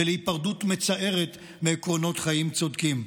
ולהיפרדות מצערת מעקרונות חיים צודקים.